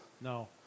No